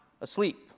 asleep